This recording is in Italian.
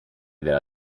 della